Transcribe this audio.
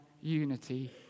unity